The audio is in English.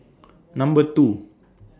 Number two